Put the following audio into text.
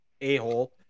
A-hole